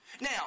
Now